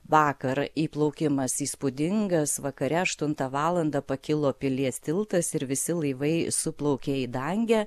vakar įplaukimas įspūdingas vakare aštuntą valandą pakilo pilies tiltas ir visi laivai suplaukė į dangę